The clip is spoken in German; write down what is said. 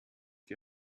die